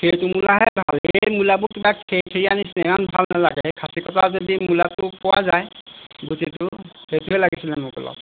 সেইটো মূলাহে ভাল এই মূলাবোৰ কিবা খেৰখেৰিয়া নিচিনা ইমান ভাল নালাগে খাচীকটা যদি মূলাটো পোৱা যায় গুটিটো সেইটোৱে লাগিছিলে মোক অলপ